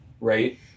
right